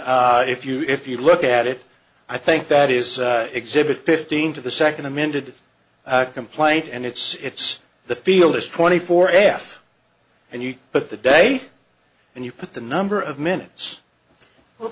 on if you if you look at it i think that is exhibit fifteen to the second amended complaint and it's the field is twenty four f and you but the day and you put the number of minutes will